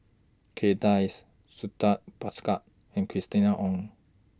Kay Das Santha Bhaskar and Christina Ong